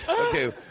Okay